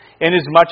inasmuch